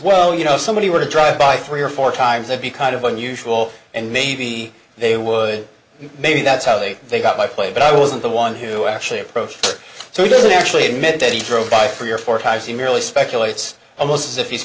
well you know somebody were to drive by three or four times they'd be kind of unusual and maybe they would maybe that's how they got by play but i wasn't the one who actually approached so we didn't actually admit that he drove by for your four times he merely speculates almost as if he's